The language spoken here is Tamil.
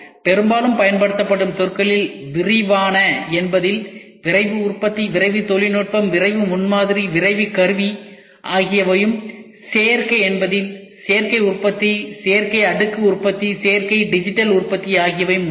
பெரும்பாலும் பயன்படுத்தப்படும் சொற்களில் விரைவான என்பதில் விரைவு உற்பத்தி விரைவு தொழில்நுட்பம் விரைவு முன்மாதிரி விரைவு கருவி ஆகியவையும் சேர்க்கை என்பதில் சேர்க்கை உற்பத்தி சேர்க்கை அடுக்கு உற்பத்தி சேர்க்கை டிஜிட்டல் உற்பத்தி ஆகியவையும் உள்ளது